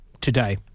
today